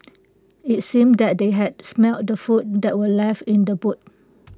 IT seemed that they had smelt the food that were left in the boot